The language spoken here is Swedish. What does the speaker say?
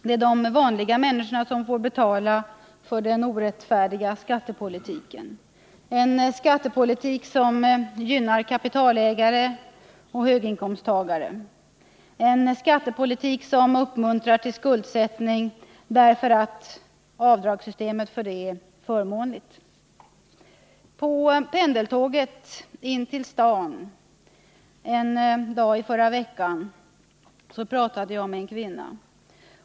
Det är de vanliga människorna som får betala den orättfärdiga skattepolitiken — en skattepolitik som gynnar kapitalägare och höginkomsttagare, en skattepolitik som uppmuntrar till skuldsättning därför att avdragssystemet är förmånligt för det. På pendeltåget in till stan en dag i förra veckan pratade jag med en kvinna.